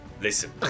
listen